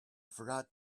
forgot